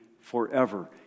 forever